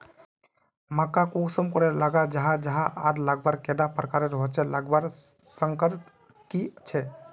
मक्का कुंसम करे लगा जाहा जाहा आर लगवार कैडा प्रकारेर होचे लगवार संगकर की झे?